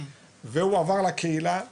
והוא עבר לקהילה הטיפולית.